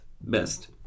Best